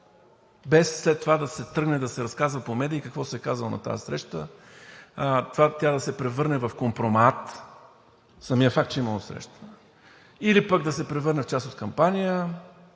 без след това да се тръгне да се разказва по медии какво се е казало на тази среща, тя да се превърне в компромат, самият факт, че е имало среща, или пък да се превърне в част от кампания.